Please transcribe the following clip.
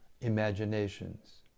imaginations